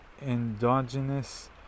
endogenous